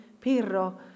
Pirro